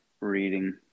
reading